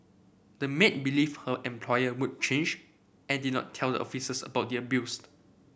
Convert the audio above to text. the maid believed her employer would change and did not tell the officers about the abuse